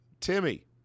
Timmy